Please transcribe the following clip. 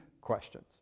questions